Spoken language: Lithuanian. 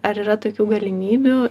ar yra tokių galimybių